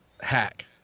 hack